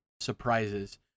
surprises